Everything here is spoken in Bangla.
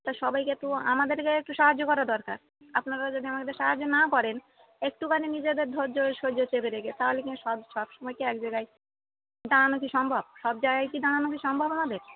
তা সবাইকে একটু আমাদেরকে একটু সাহায্য করা দরকার আপনারা যদি আমাদের সাহায্য না করেন একটুখণে নিজেদের ধৈর্য সহ্য চেপে রেখে তাহলে কিন্তু সব সব সময় কি এক জায়গায় দাঁড়ানো কি সম্ভব সব জায়গায় কি দাঁড়ানো কি সম্ভব হবে